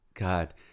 God